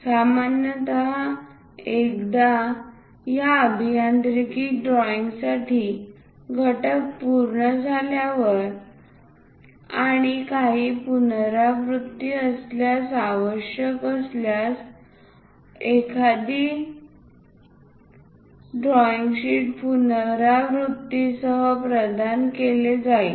सामान्यत एकदा या अभियांत्रिकी ड्रॉईंगसाठी घटक पूर्ण झाल्यावर आणि काही पुनरावृत्ती असल्यास आवश्यक असल्यास आणखी एक ड्रॉईंग शीट पुनरावृत्तीसह प्रदान केले जाईल